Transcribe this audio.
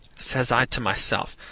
says i to myself,